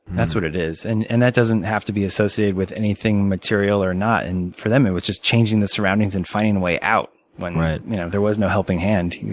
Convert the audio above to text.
that's what it is. and and that doesn't have to be associated with anything material or not. and for them, it was just changing the surroundings and finding the way out when there was no helping hand.